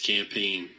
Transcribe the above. Campaign